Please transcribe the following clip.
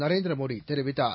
நரேந்திர மோடி தெரிவித்தார்